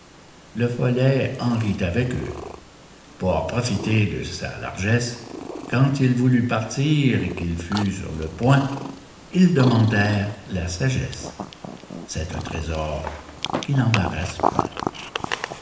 le follet en rit avec eux pour profiter de sa largesse quand il voulut partir et qu'il fut sur le point ils demandèrent la sagesse c'est un trésor qui n'embarrasse point